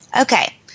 Okay